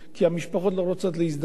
כי המשפחות לא רוצות להזדהות.